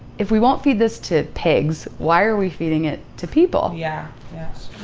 if we won't feed this to pigs, why are we feeding it to people? yeah yeah